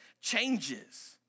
changes